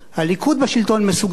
הליכוד בשלטון מסוגל